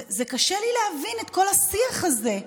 קשה לי להבין את כל השיח הזה,